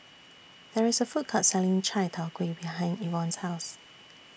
There IS A Food Court Selling Chai Tow Kway behind Evon's House